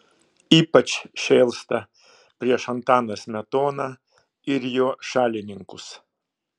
ypač šėlsta prieš antaną smetoną ir jo šalininkus